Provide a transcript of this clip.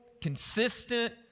consistent